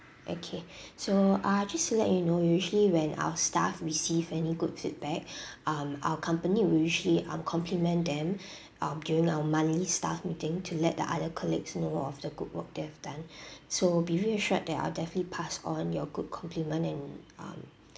okay so uh just to let you know usually when our staff receive any good feedback um our company will usually um compliment them um during our monthly staff meeting to let the other colleagues know of the good work they've done so be reassured that I will definitely pass on your good compliment and um